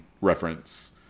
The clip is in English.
reference